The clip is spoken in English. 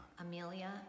Amelia